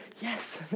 yes